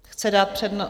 Chce dát přednost?